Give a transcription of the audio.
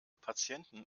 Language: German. patienten